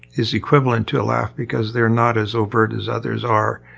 is equivalent to a laugh because they are not as overt as others are.